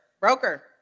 Broker